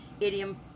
idiom